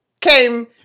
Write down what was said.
came